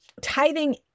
Tithing